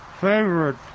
favorite